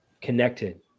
connected